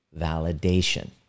validation